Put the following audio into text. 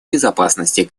безопасности